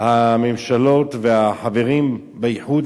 הממשלות והחברים באיחוד,